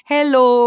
Hello